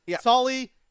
Sully